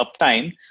uptime